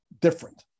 different